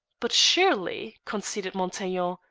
but surely, conceded montaiglon,